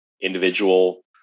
individual